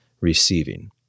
receiving